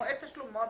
מועד תשלומו עבר,